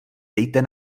dejte